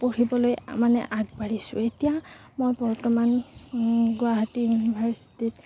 পঢ়িবলৈ মানে আগবাঢ়িছোঁ এতিয়া মই বৰ্তমান গুৱাহাটী ইউনিৰ্ভাছিটিত